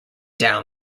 down